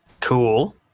Cool